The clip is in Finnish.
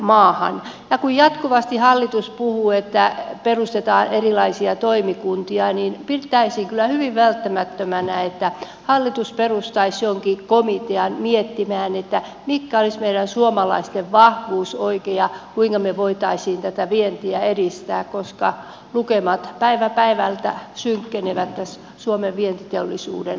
kun jatkuvasti hallitus puhuu että perustetaan erilaisia toimikuntia niin pitäisin kyllä hyvin välttämättömänä että hallitus perustaisi jonkin komitean miettimään mitkä olisivat meidän suomalaisten vahvuudet oikein ja kuinka me voisimme tätä vientiä edistää koska lukemat päivä päivältä synkkenevät suomen vientiteollisuuden puitteissa